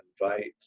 invite